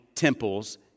temples